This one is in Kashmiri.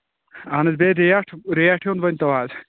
اَہَن حظ بیٚیہِ ریٹ ریٹ ہُنٛد ؤنۍزیٚو حظ